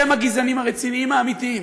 אתם הגזענים הרציניים האמיתיים.